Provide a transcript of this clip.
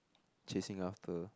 chasing after